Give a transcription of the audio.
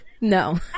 No